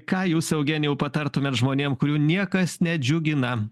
ką jūs eugenijau patartumėt žmonėm kurių niekas nedžiugina